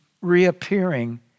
reappearing